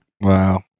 Wow